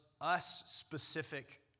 us-specific